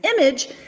image